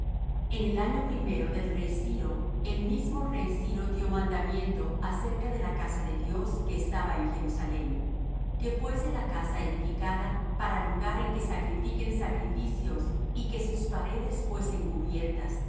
en el año primero del rey ciro el mismo rey ciro dió mandamiento acerca de la casa de dios que estaba en jerusalem que fuese la casa edificada para lugar en que sacrifiquen sacrificios y que sus paredes fuesen cubiertas su altura de